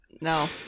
No